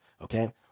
Okay